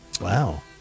Wow